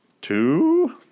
two